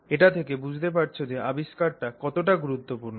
এটা থেকে বুঝতে পারছ যে এই আবিষ্কারটা কতটা গুরুত্বপূর্ণ